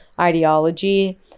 ideology